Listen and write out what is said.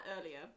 earlier